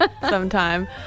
sometime